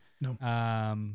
No